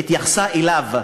התייחסה אליו,